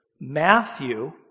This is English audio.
Matthew